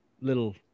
little